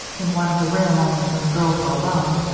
in one of the rare moments when the girls were alone,